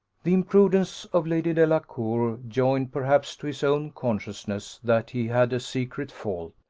the imprudence of lady delacour, joined perhaps to his own consciousness that he had a secret fault,